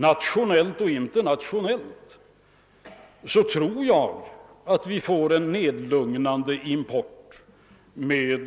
Nationellt och internationellt tror jag att vi får en lugnare import med